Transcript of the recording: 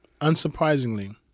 unsurprisingly